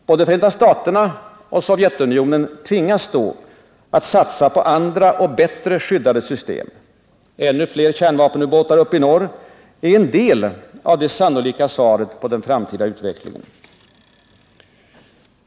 Både Förenta staterna och Sovjetunionen tvingas då satsa på andra och bättre skyddade system. Ännu fler kärnvapenubåtar uppe i norr är en del av det sannolika svaret på den framtida utvecklingen.